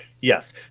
Yes